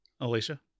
Alicia